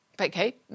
okay